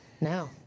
No